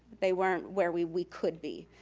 they weren't where we we could be.